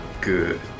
Good